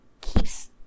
keeps